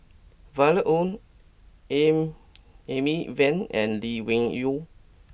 Violet Oon Amy Van and Lee Wung Yew